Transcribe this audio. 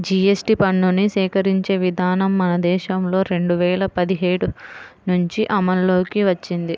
GST పన్నుని సేకరించే విధానం మన దేశంలో రెండు వేల పదిహేడు నుంచి అమల్లోకి వచ్చింది